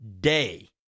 day